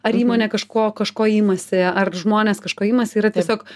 ar įmonė kažko kažko imasi ar žmonės kažko imasi yra tiesiog